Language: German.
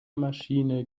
maschine